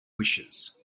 wishes